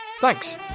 Thanks